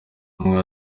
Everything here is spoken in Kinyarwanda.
umwe